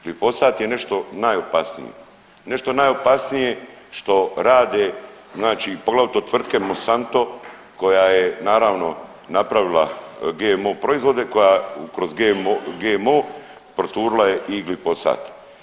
Glifosat je nešto najopasnije, nešto najopasnije što rade znači poglavito tvrtke Monsanto koja je naravno napravila GMO proizvode koja kroz GMO proturila je i glifosat.